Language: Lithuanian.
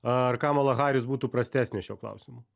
ar kamala harris būtų prastesnė šiuo klausimu